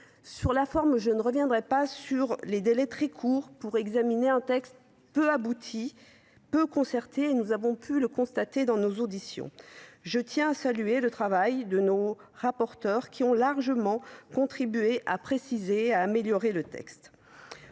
Sur la forme, je ne reviendrai pas sur les délais très courts pour examiner un texte peu abouti, peu concerté, comme nous avons pu le constater lors de nos auditions. Je tiens donc à saluer le travail de nos rapporteurs, qui ont largement contribué à préciser et à améliorer le texte.